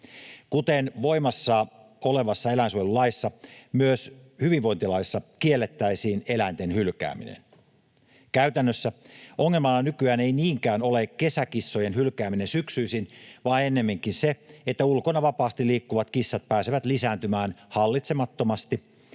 Kuten voimassa olevassa eläinsuojelulaissa, myös hyvinvointilaissa kiellettäisiin eläinten hylkääminen. Käytännössä ongelmana nykyään ei niinkään ole kesäkissojen hylkääminen syksyisin vaan ennemminkin se, että ulkona vapaasti liikkuvat kissat pääsevät lisääntymään hallitsemattomasti